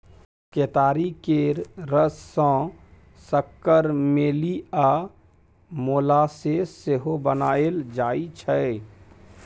केतारी केर रस सँ सक्कर, मेली आ मोलासेस सेहो बनाएल जाइ छै